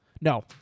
No